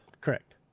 Correct